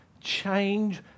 change